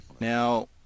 Now